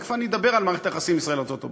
תכף אני אדבר על מערכת היחסים ישראל ארצות-הברית.